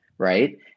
Right